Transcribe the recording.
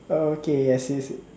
okay I see I see